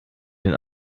den